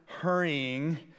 hurrying